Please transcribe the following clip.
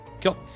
Cool